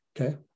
Okay